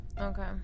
Okay